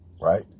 right